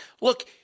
look